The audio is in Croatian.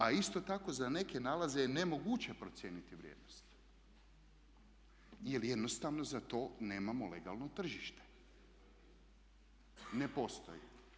A isto tako za neke nalaze je nemoguće procijeniti vrijednost, jer jednostavno za to nemamo legalno tržište, ne postoji.